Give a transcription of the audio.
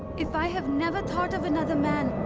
if i have never thought of another man,